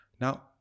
Now